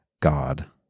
God